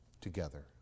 together